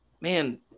Man